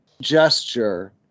gesture